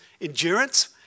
endurance